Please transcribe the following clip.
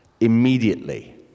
immediately